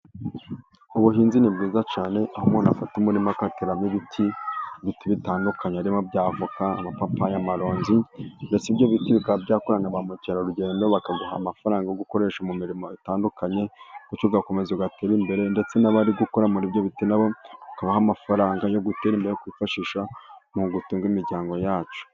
ubuhinzi ni bwiza cyane aho umuntu afata umurima, akatiramo ibiti biti bitandukanye harimo ibya voka, amapapaya, amaronji ndetse ibyo biti bikaba byakurura na ba mukerarugendo bakaguha amafaranga yo gukoresha mu mirimo itandukanye, bityo ugakomeza ugatere imbere ndetse n'abari gukora muri ibyo biti na bo, ukabaha amafaranga yo gutera imbere yo kwifashisha mu gutunga imiryango yacu.